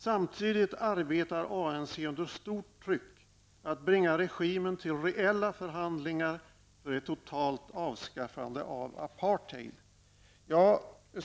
Samtidigt arbetar ANC under stort tryck att bringa regimen till reella förhandlingar för ett totalt avskaffande av apartheid.